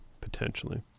potentially